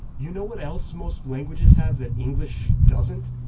you know what else most languages have that english doesn't?